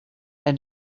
and